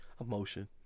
Emotion